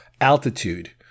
altitude